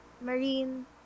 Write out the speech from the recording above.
marine